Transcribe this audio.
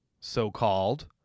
so-called